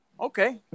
okay